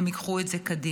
הם ייקחו את זה קדימה.